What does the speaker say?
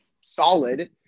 solid